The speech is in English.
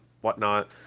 whatnot